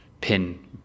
pin